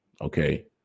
Okay